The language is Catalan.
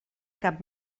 cap